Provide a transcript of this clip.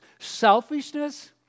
Selfishness